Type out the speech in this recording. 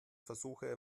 versuche